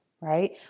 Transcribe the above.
right